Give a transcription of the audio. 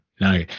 No